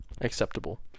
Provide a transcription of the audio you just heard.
acceptable